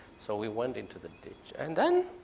so we went into the ditch. and then